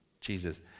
Jesus